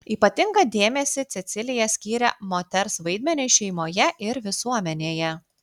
ypatingą dėmesį cecilija skyrė moters vaidmeniui šeimoje ir visuomenėje